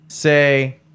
say